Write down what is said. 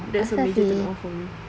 that's a major turn off for me